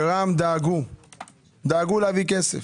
רע"מ דאגו להביא כסף.